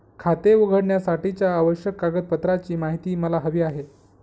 खाते उघडण्यासाठीच्या आवश्यक कागदपत्रांची माहिती मला हवी आहे